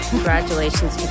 Congratulations